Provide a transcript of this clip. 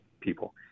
people